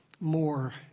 more